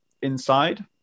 inside